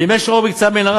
ואם יש אור בקצה המנהרה,